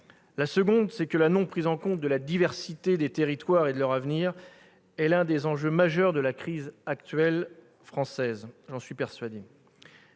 La seconde, c'est que la non-prise en compte de la diversité des territoires et de leur avenir est l'un des enjeux majeurs de la crise française actuelle. J'en suis persuadé.